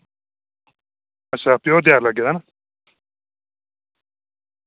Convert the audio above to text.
अच्छा प्योर देआर लग्गे दा ना